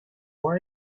what